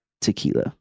tequila